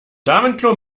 damenklo